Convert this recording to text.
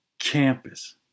campus